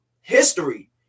history